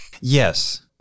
yes